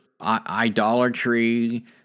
idolatry